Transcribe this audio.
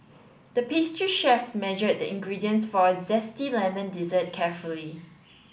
the pastry chef measured the ingredients for a zesty lemon dessert carefully